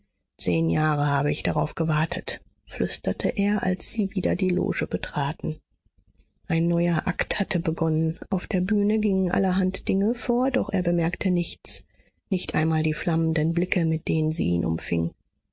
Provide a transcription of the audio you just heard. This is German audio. zehn jahre habe ich darauf gewartet flüsterte er als sie wieder die loge betraten ein neuer akt hatte begonnen auf der bühne gingen allerhand dinge vor doch er bemerkte nichts nicht einmal die flammenden blicke mit denen sie ihn umfing